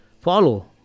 follow